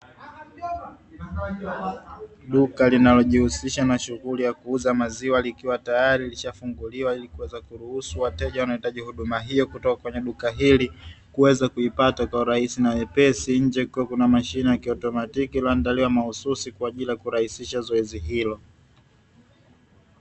Duka linalojihusisha na shughuli ya kuuza maziwa, likiwa tayari lishafunguliwa ili kuweza kuruhusu wateja wanahitaji huduma hiyo kutoka kwenye duka hili kuweza kuipata kwa urahis na wepesi, nje kuwe kuna mashine ya kiotomatiki ilioandaiwa mahususi kwa ajili ya kurahisisha zoezi hilo.